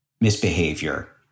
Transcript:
misbehavior